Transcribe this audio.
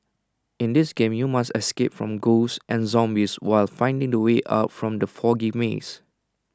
in this game you must escape from ghosts and zombies while finding the way out from the foggy maze